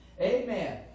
Amen